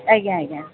ଆଜ୍ଞା ଆଜ୍ଞା